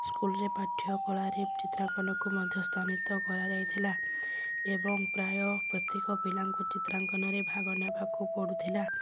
ସ୍କୁଲ୍ରେ ପାଠ୍ୟ କଳାରେ ଚିତ୍ରାଙ୍କନକୁ ମଧ୍ୟ ସ୍ଥାନିତ କରାଯାଇଥିଲା ଏବଂ ପ୍ରାୟ ପ୍ରତ୍ୟେକ ପିଲାଙ୍କୁ ଚିତ୍ରାଙ୍କନରେ ଭାଗ ନେବାକୁ ପଡ଼ୁଥିଲା